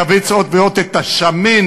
לכווץ עוד ועוד את השמן,